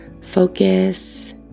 focus